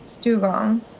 Dugong